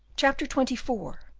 chapter twenty four.